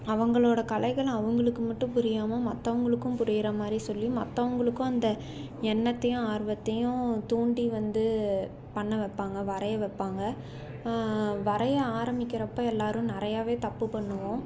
அவங்களோடய கலைகளை அவர்களுக்கு மட்டும் புரியாமல் மற்றவங்களுக்கும் புரியற மாதிரி சொல்லி மற்றவங்களுக்கும் அந்த எண்ணத்தையும் ஆர்வத்தையும் தூண்டி வந்து பண்ண வைப்பாங்க வரைய வைப்பாங்க வரைய ஆரம்பிக்கிறப்போ எல்லாரும் நிறையாவே தப்பு பண்ணுவோம்